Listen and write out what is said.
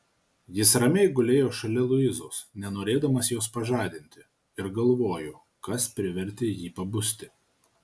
jis ramiai gulėjo šalia luizos nenorėdamas jos pažadinti ir galvojo kas privertė jį pabusti